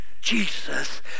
jesus